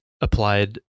applied